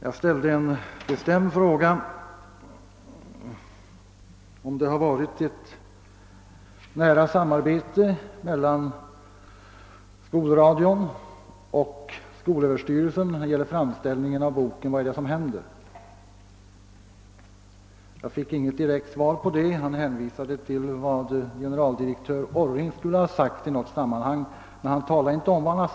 Jag framställde en bestämd fråga, om det har varit ett nära samarbete mellan skolradion och skolöverstyrelsen vid framställningen av boken »Vad är det som händer?» Jag fick inte något direkt svar; utbildningsministern hänvisade till vad generaldirektör Orring skulle ha sagt i något sammanhang men återgav inte innehållet.